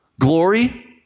glory